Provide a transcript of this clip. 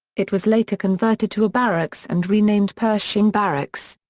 it was later converted to a barracks and renamed pershing barracks.